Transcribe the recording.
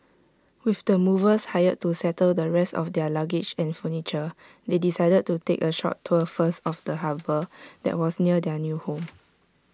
with the movers hired to settle the rest of their luggage and furniture they decided to take A short tour first of the harbour that was near their new home